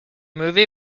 movie